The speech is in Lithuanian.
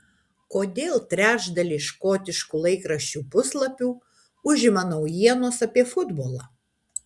kodėl trečdalį škotiškų laikraščių puslapių užima naujienos apie futbolą